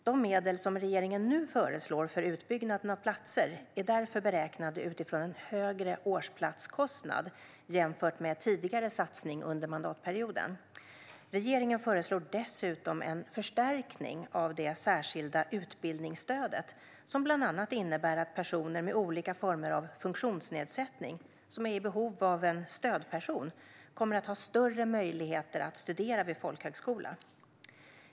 De medel som regeringen nu föreslår för utbyggnaden av platser är därför beräknade utifrån en högre årsplatskostnad jämfört med tidigare satsning under mandatperioden. Regeringen föreslår dessutom en förstärkning av det särskilda utbildningsstöd som bland annat innebär att personer med olika former av funktionsnedsättning som är i behov av en stödperson kommer att ha större möjligheter att studera vid folkhögskola.